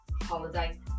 holiday